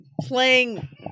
playing